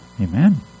Amen